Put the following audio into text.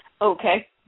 Okay